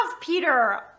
Peter